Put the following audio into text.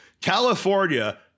California